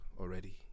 already